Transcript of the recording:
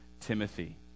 Timothy